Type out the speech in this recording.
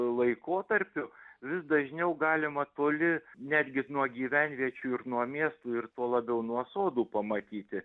laikotarpiu vis dažniau galima toli netgi nuo gyvenviečių ir nuo miestų ir tuo labiau nuo sodų pamatyti